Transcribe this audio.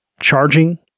charging